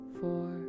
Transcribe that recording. four